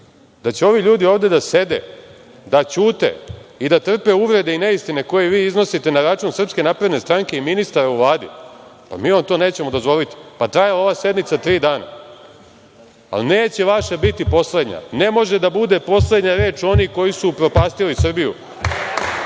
da će ovi ljudi ovde da sede, da ćute i da trpe uvrede i neistine koje vi iznosite na račun SNS i ministara u Vladi, mi vam to nećemo dozvoliti, pa trajala ova sednica tri dana, ali neće vaša biti poslednja. Ne može da bude poslednja reč onih koji su upropastili Srbiju,